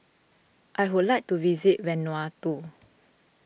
I would like to visit Vanuatu